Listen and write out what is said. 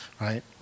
right